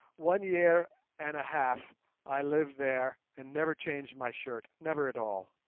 one year and a half i live there and never change my shirt never at all